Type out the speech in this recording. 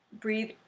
Breathe